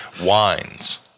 wines